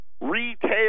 retail